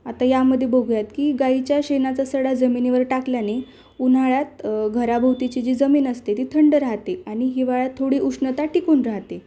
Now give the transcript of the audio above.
आता यामध्ये बघूयात की गाईच्या शेणाचा सडा जमिनीवर टाकल्याने उन्हाळ्यात घराभोवतीची जी जमीन असते ती थंड राहते आणि हिवाळ्यात थोडी उष्णता टिकून राहते